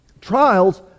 Trials